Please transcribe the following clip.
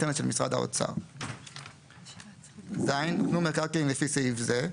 האינטרנט של משרד האוצר; (ז) הוקנו מקרקעין לפי סעיף זה,